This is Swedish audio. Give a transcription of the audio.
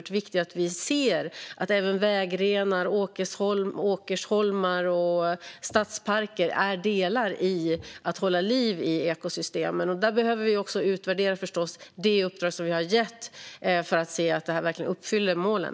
Det är viktigt att vi ser att även vägrenar, åkerholmar och stadsparker är delar i att hålla liv i ekosystemen. Men vi behöver förstås utvärdera det uppdrag som vi gett för att se att det verkligen uppfyller målen.